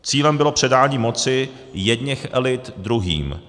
Cílem bylo předání moci jedněch elit druhým.